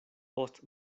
post